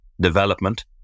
development